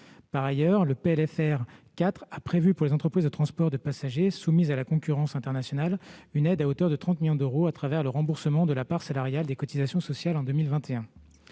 De plus, le PLFR 4 a prévu pour les entreprises de transport de passagers soumises à la concurrence internationale une aide à hauteur de 30 millions d'euros à travers le remboursement de la part salariale des cotisations sociales en 2021.